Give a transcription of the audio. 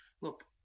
look